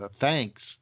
thanks